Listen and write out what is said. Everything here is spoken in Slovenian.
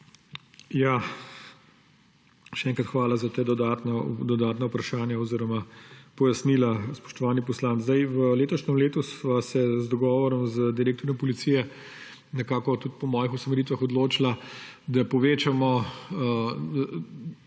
HOJS: Še enkrat hvala za ta dodatna vprašanja oziroma pojasnila, spoštovani poslanec. V letošnjem letu sva se v dogovoru z direktorjem Policije tudi po mojih usmeritvah odločila, da povečamo